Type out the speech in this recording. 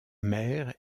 mer